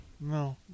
No